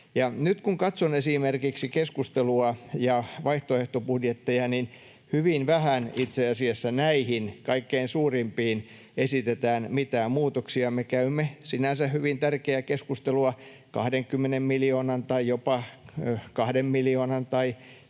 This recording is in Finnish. Nyt kun katson esimerkiksi keskustelua ja vaihtoehtobudjetteja, niin hyvin vähän itse asiassa näihin kaikkein suurimpiin esitetään mitään muutoksia. Me käymme sinänsä hyvin tärkeää keskustelua 20 miljoonan tai tämän